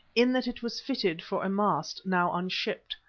in that it was fitted for a mast, now unshipped.